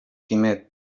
quimet